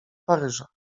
paryża